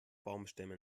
baumstämmen